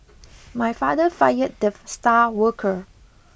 my father fired the star worker